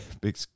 big